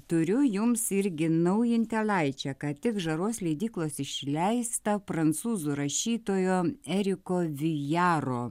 turiu jums irgi naujintelaičią ką tik žaros leidyklos išleistą prancūzų rašytojo eriko vijaro